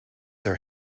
are